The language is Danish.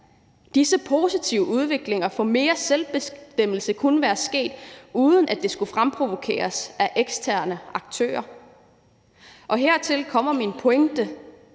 Disse positive udviklinger for mere selvbestemmelse kunne være sket, uden at det skulle fremprovokeres af eksterne aktører. Og hertil kommer min pointe: